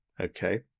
okay